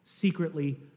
secretly